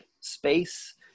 space